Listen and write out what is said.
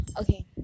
Okay